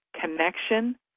connection